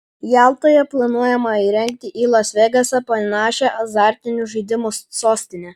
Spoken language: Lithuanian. jaltoje planuojama įrengti į las vegasą panašią azartinių žaidimų sostinę